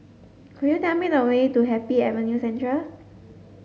could you tell me the way to Happy Avenue Central